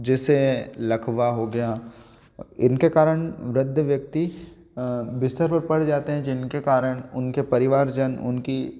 जैसे लकवा हो गया इनके कारण वृद्ध व्यक्ति बिस्तर पर पड़ जाते हैं जिनके कारण उनके परिवार जन उनकी